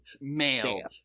mailed